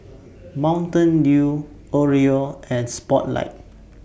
Mountain Dew Oreo and Spotlight